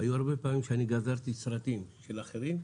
היו הרבה פעמים שאני גזרתי סרטים של אחרים,